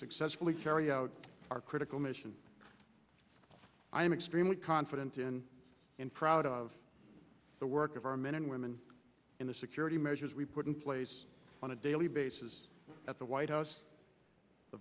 successfully carry out our critical mission i am extremely confident in and proud of the work of our men and women in the security measures we put in place on a daily basis at the white house the